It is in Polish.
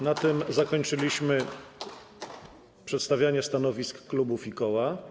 Na tym zakończyliśmy przedstawianie stanowisk klubów i koła.